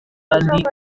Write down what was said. kandi